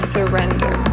Surrender